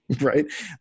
right